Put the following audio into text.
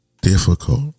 difficult